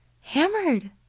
hammered